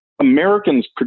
Americans